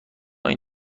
این